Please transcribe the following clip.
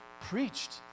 preached